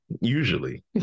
Usually